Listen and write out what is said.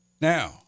now